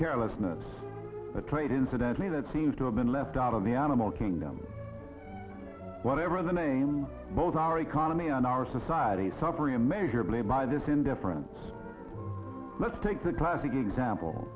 carelessness a trait incidentally that seems to have been left out of the animal kingdom whatever the name both our economy and our society suffer immeasurably by this indifference let's take the classic example